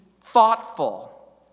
thoughtful